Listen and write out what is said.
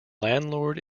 landlord